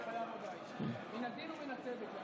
אני חייב הודעה, מן הדין ומן הצדק.